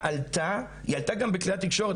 עלתה גם בכלי התקשורת.